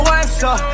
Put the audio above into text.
answer